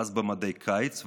ואז במדי קיץ,